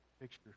picture